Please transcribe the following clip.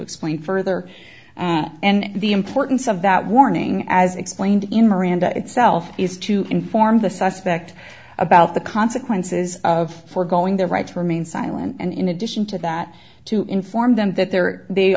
explain further and the importance of that warning as explained in miranda itself is to inform the suspect about the consequences of foregoing their right to remain silent and in addition to that to inform them that there they